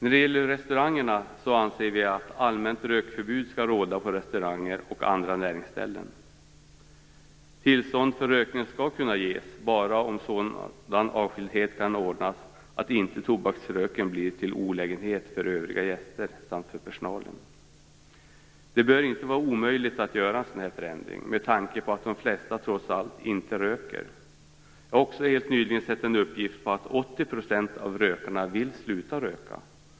Vi anser vidare att allmänt rökförbud skall råda på restauranger och andra näringsställen. Tillstånd för rökning skall kunna ges bara om sådan avskildhet kan ordnas att inte tobaksröken blir till olägenhet för övriga gäster eller för personalen. En sådan förändring bör inte vara omöjlig att genomföra, med tanke på att de flesta trots allt inte röker. Jag har också helt nyligen sett ett uppgift om att 80 % av rökarna vill sluta röka.